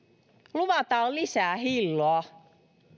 luvataan lisää hilloa